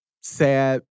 sad